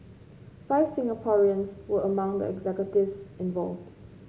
five Singaporeans were among the executives involved